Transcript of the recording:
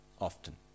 often